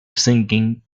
thinking